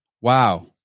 Wow